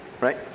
right